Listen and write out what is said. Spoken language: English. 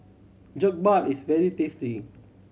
jokbal is very tasty